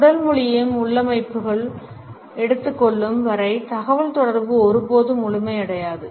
உடல் மொழியையும் உள்ளமைவுக்குள் எடுத்துக் கொள்ளும் வரை தகவல் தொடர்பு ஒருபோதும் முழுமையடையாது